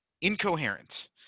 incoherent